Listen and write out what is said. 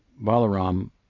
Balaram